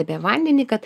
apie vandenį kad